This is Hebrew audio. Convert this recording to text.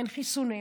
אין חיסונים